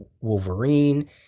Wolverine